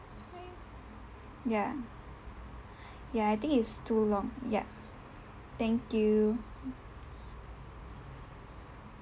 ya ya I think it's too long ya thank you